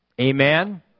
Amen